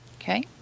Okay